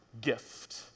gift